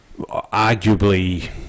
arguably